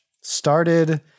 started